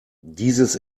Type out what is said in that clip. dieses